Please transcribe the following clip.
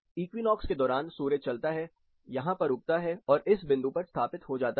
equinox के दौरान सूर्य चलता है यहां पर उगता है और इस बिंदु पर स्थापित हो जाता है